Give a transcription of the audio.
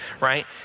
right